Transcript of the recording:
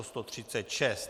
136.